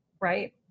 right